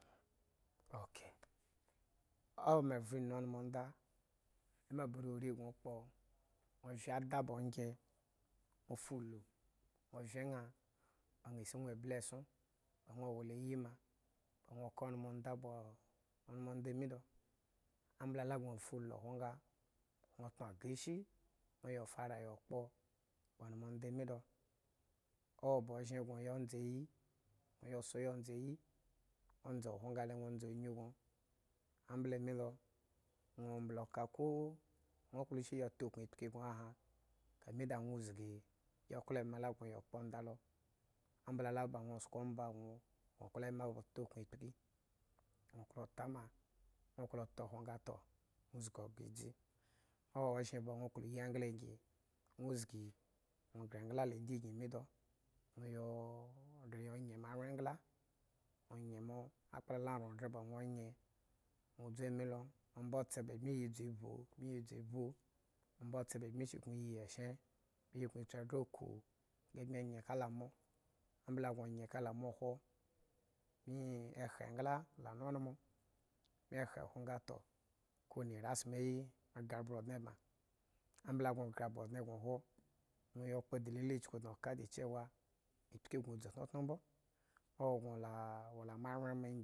Okay owo me vre inu on monda eme ba riori gño kpo nwe vye ada na ongye nwo fu ulu nwo vye ñan ba ñaa si nwo bli esson ba nwo wo la ayi ma ba nwo ka onmonda ba o onmonda mi lo ambla la gño fuulu khwo nga nwo tno aga ishi nwo fara yo kpo ba onmonda mi do owo ba ozhen gño yo ndzayi nwo yo soo yo ndzayi ondza klwo nga le nwo ndzanyu gño ambla mii do nwo mbli oka koo nwo klo ishi yo ta ukum kpiki grio aha kamin da nwo zgi yi yo klo eme ba nwo ya kpo on dalo ambla la ba nwo sko omba klo tama nwo klo ta ukun kpiki nwo zgi obo edzi owo. ozhen ba nwo klo yi engla ngi nwo zgi nwo gre la ridigyin mi do. nwo yoo gre yo nya moonwyen engla onye mo akpla la ran gre ba ruwo nye nwo dzu ami loomba tse ba bmi yi vbu bmi yi dzu ami lo omba tse ba bmi yi vbu bmi yi dzu ami lo omba tse ba bmi yi vbu bmi yi dzu vbu omba tse ba bmi sukun yi eshen bmi sukun tsu agree akuu nga bmi nge kalu mo ambla gño nge kala mo khwo riga toh kowene ari smayi agre abro ordne bma ambla gño gre abro odne grio khwo nwo yo kpo dilili chuku dno oka decewa akpiki dzu tnoto rubo owo gño la moanuwgen ma ngi.